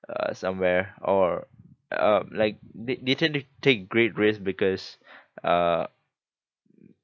uh somewhere or uh like they they tend to take great risk because uh